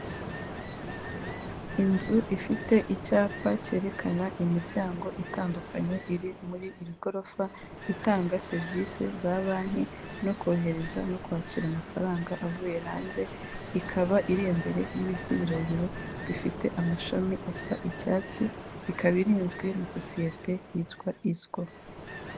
Inzu ifite icyapa cyerekana imiryango itandukanye iri muri iri gorofa itanga serivisi za banki no kohereza no kwakira amafaranga avuye hanze, ikaba iri imbere y'ibiti birebire bifite amashami asa icyatsi, ikaba irinzwe na sosiyete yitwa isiko.